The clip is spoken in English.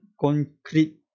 concrete